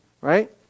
right